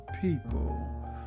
people